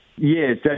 Yes